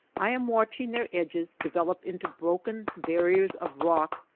i am watching their edges develop into broken barriers of rock,